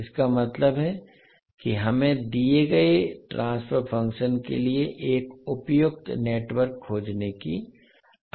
इसका मतलब है कि हमें दिए गए ट्रांसफर फंक्शन के लिए एक उपयुक्त नेटवर्क खोजने की आवश्यकता है